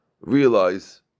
realize